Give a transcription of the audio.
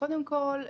קודם כל,